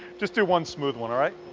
just do one smooth one, alright?